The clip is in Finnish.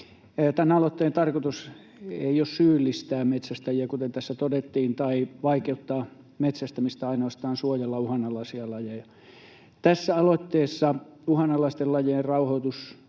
Tämän aloitteen tarkoitus ei ole syyllistää metsästäjiä, kuten tässä todettiin, tai vaikeuttaa metsästämistä, ainoastaan suojella uhanalaisia lajeja. Tässä aloitteessa uhanalaisten lajien rauhoitus